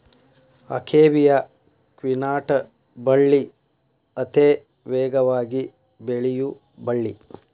akebia quinata ಬಳ್ಳಿ ಅತೇ ವೇಗವಾಗಿ ಬೆಳಿಯು ಬಳ್ಳಿ